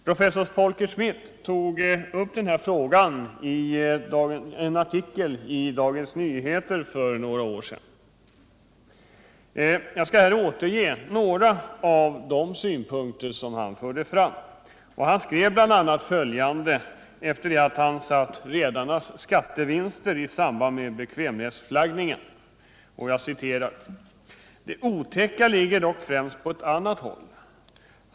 Professor Folke Schmidt tog upp denna fråga i en artikel i Dagens Nyheter för några år sedan. Jag skall här återge några av de synpunkter han förde fram. Han skrev bl.a. följande efter det att han satt redarnas skattevinster i samband med bekvämlighetsflaggning: ”Det otäcka ligger dock främst på ett annat håll.